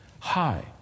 high